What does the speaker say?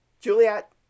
Juliet